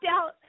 out